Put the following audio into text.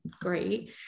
great